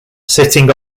sitting